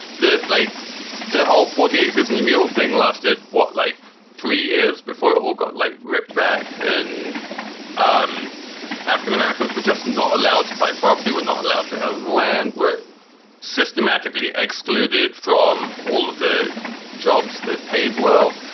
the like the whole forty acres and a mule thing lasted, what, like three years before you all got, like, ripped back and um african-americans were just not allowed to buy property, were not allowed to own land, were systematically excluded from all of the jobs that paid well.